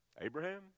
Abraham